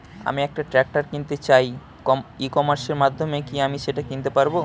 আমি একটা ট্রাক্টর কিনতে চাই ই কমার্সের মাধ্যমে কি আমি সেটা কিনতে পারব?